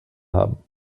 haben